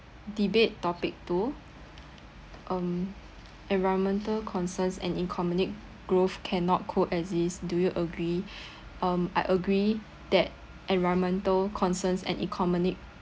debate topic two um environmental concerns and economic growth cannot co-exist do you agree um I agree that environmental concerns and economic